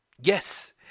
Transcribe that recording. Yes